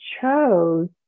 chose